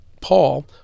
Paul